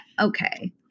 okay